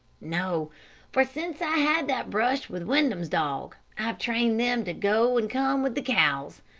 no for since i had that brush with windham's dog, i've trained them to go and come with the cows.